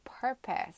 purpose